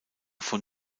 von